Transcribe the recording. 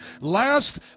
Last